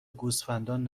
گوسفندان